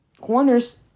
corners